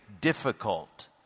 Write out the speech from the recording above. difficult